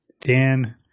Dan